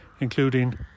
including